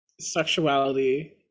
sexuality